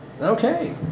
okay